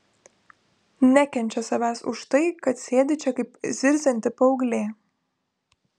nekenčia savęs už tai kad sėdi čia kaip zirzianti paauglė